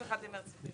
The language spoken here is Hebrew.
ב-31 במרץ.